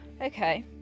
Okay